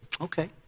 okay